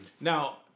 Now